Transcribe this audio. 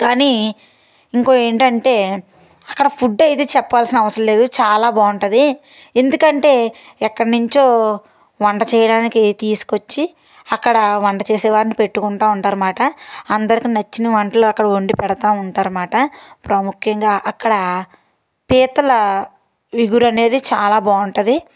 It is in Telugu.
కానీ ఇంకో ఏంటంటే అక్కడ ఫుడ్ ఏది చెప్పాల్సిన అవసరం లేదు చాలా బాగుంటది ఎందుకంటే ఎక్కడినుంచో వంట చేయడానికి తీసుకొచ్చి అక్కడ వంట చేసేవాడిని పెట్టుకుంటా ఉంటారు అనమాట అందరికీ నచ్చిన వంటలు అక్కడ వండి పెడుతూ ఉంటారు అనమాట ప్రాముఖ్యంగా అక్కడ పీతల విగురు అనేది చాలా బాగుంటది